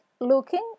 looking